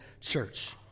church